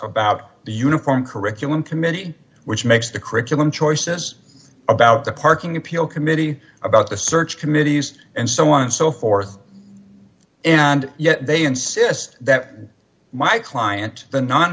about the uniform curriculum committee which makes the curriculum choices about the parking appeal committee about the search committees and so on and so forth and yet they insist that my client the no